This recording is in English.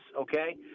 okay